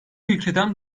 ülkeden